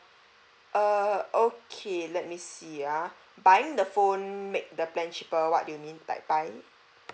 uh okay let me see ah buying the phone make the plan cheaper what do you mean that by